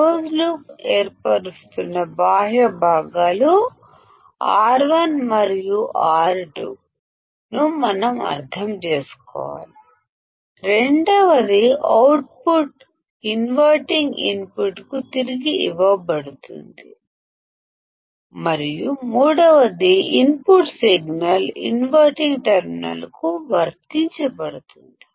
closed లూప్ను ఏర్పరుస్తున్న బాహ్య భాగాలు R1 మరియు R2 రెండవది అవుట్పుట్ ఇన్వర్టింగ్ ఇన్పుట్కు ఫెడ్ బ్యాక్చేయబడింది మరియు మూడవది ఇన్పుట్ సిగ్నల్ ఇన్వర్టింగ్ టెర్మినల్కు వర్తించబడింది